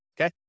okay